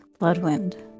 Bloodwind